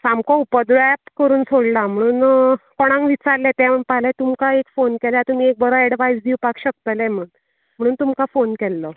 सामकों उपदव्याप करून सोडला म्हणून कोणांक विचारलें ते म्हणपाक लागलें तुमकां एक फोन केल्यार तुमी एक बरो ऐड्वाइस दिवपाक शकतले म्हूणन म्हूणन तुमकां फोन केल्लो